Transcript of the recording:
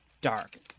dark